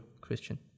Christian